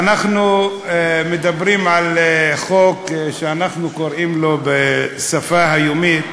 אנחנו מדברים על חוק שאנחנו קוראים לו בשפה היומית,